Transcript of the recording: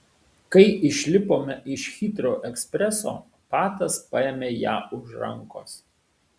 kai išlipome iš hitrou ekspreso patas paėmė ją už rankos